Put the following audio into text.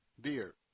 dear